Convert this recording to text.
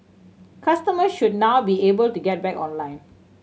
customers should now be able to get back online